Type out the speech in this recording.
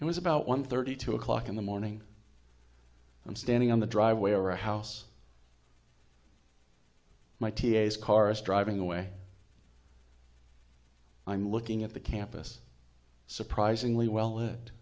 and was about one thirty two o'clock in the morning i'm standing on the driveway or a house my t a s cars driving away i'm looking at the campus surprisingly well it